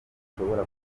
ashobora